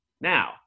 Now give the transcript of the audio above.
Now